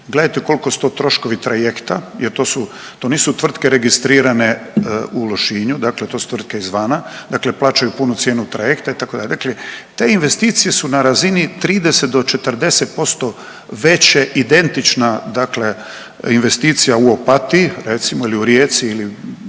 gledajte kolko su to troškovi trajekta jer to su, to nisu tvrtke registrirane u Lošinju, dakle to su tvrtke izvana dakle plaćaju punu cijenu trajekta itd., dakle te investicije su na razini 30 do 40% veće, identična dakle investicija u Opatiji recimo ili u Rijeci ili